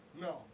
No